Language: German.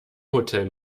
hotel